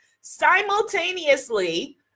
simultaneously